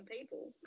people